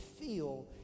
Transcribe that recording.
feel